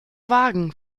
wagen